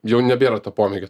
jau nebėra to pomėgio